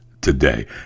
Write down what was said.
today